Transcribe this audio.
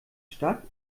stadt